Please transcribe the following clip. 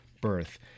birth